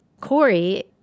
Corey